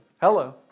Hello